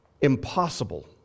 impossible